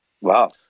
Wow